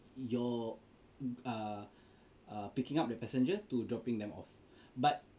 your err err picking up the passenger to dropping them off but